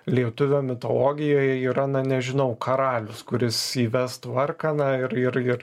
lietuvio mitologijoje yra na nežinau karalius kuris įves tvarką na ir ir ir